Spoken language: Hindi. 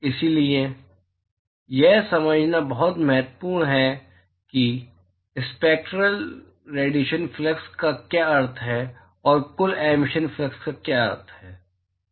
इसलिए यह समझना बहुत महत्वपूर्ण है कि स्पैक्टरल रेडिएशन फ्लक्स का क्या अर्थ है और कुल एमिशन फ्लक्स का क्या अर्थ है